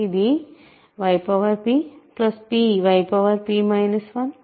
ఇది yppyp 1pC2yp 2